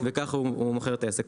וככה הוא מוכר את העסק.